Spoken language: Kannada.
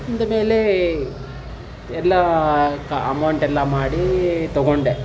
ಬಂದ ಮೇಲೆ ಎಲ್ಲ ಅಮೌಂಟ್ ಎಲ್ಲ ಮಾಡಿ ತಗೊಂಡೆ